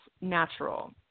natural